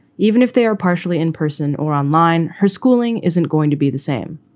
even if they are partially in person or online, her schooling isn't going to be the same.